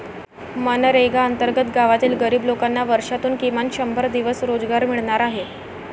मनरेगा अंतर्गत गावातील गरीब लोकांना वर्षातून किमान शंभर दिवस रोजगार मिळणार आहे